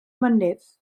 mynydd